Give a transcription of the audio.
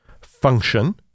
function